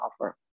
offer